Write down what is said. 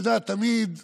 שתמיד אנחנו,